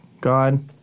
God